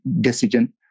decision